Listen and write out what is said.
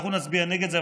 אנחנו נצביע נגד זה,